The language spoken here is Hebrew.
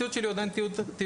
התיעוד שלי הוא עדיין תיעוד תקף.